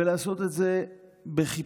ולעשות את זה בחיפזון,